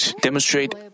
demonstrate